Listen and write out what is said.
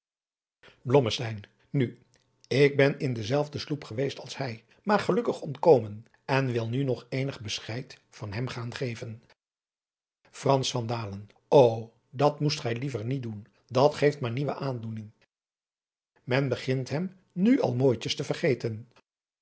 nu ik ben in dezelfde sloep geweest als hij maar gelukkig ontkomen en wil nu nog eenig bescheid van hem gaan geven frans van dalen o dat moest gij liever niet doen dat geeft maar nieuwe aandoening men begint hem nu al mooitjes te vergeten